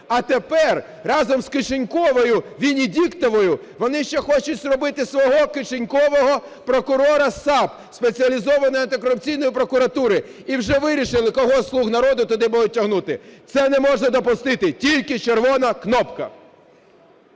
А тепер разом з "кишеньковою" Венедіктовою вони ще хочуть зробити свого "кишенькового" прокурора САП (Спеціалізованої антикорупційної прокуратури) і вже вирішили кого зі "слуг народу" туди будуть тягнути. Це не можна допустити – тільки червона кнопка.